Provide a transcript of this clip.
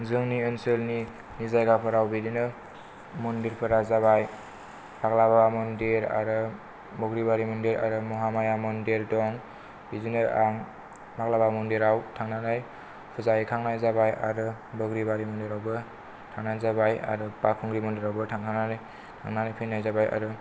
जोंनि ओनसोलनि जायगाफोराव बिदिनो मन्दिरफोरा जाबाय पाग्ला बाबा मन्दिर आरो बग्रिबारि मन्दिर आरो महामाया मन्दिर दं बिदिनो आं पाग्ला बाबा मन्दिराव थांनानै फुजा हैखांनाय जाबाय आरो बग्रिबारि मन्दिरावबो थांनाय जाबाय आरो बावखुंग्रि मन्दिरावबो थांखांनानै फैनाय जाबाय आरो